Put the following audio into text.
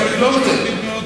צריך לבלום את זה.